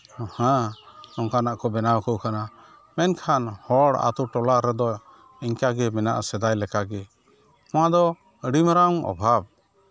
ᱦᱮᱸ ᱚᱱᱠᱟᱱᱟᱜ ᱠᱚ ᱵᱮᱱᱟᱣ ᱠᱚ ᱠᱟᱱᱟ ᱢᱮᱱᱠᱷᱟᱱ ᱦᱚᱲ ᱟᱛᱳ ᱴᱚᱞᱟ ᱨᱮᱫᱚ ᱱᱤᱝᱠᱟ ᱜᱮ ᱢᱮᱱᱟᱜᱼᱟ ᱥᱮᱫᱟᱭ ᱞᱮᱠᱟᱜᱮ ᱱᱚᱣᱟᱫᱚ ᱟᱹᱰᱤ ᱢᱟᱨᱟᱝ ᱚᱵᱷᱟᱵᱽ